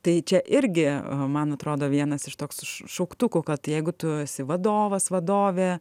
tai čia irgi man atrodo vienas iš toks šauktukų kad jeigu tu esi vadovas vadovė